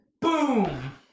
Boom